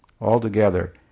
altogether